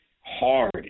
hard